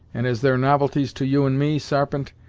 and as they're novelties to you and me, sarpent,